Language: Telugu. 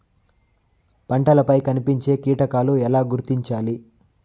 పంటలపై కనిపించే కీటకాలు ఎలా గుర్తించాలి?